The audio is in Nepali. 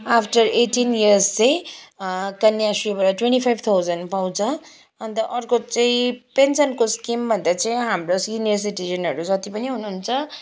आफ्टर एटिन इयर्स चाहिँ कन्याश्रीबट ट्वेन्टी फाइभ थाउजन्ड पाउँछ अन्त अर्को चाहिँ पेन्सनको स्किम भन्दा चाहिँ हाम्रो सिनियर सिटिजनहरू जति पनि हुनुहुन्छ